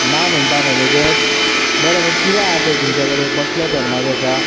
ना म्हणटा मॅनेजर बरें मागीर किदें आसा तर तुमचें कडेन कसलो थर्मास आसा